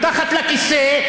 מתחת לכיסא,